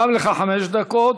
גם לך חמש דקות,